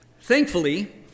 Thankfully